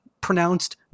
pronounced